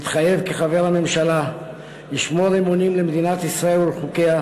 מתחייב כחבר הממשלה לשמור אמונים למדינת ישראל ולחוקיה,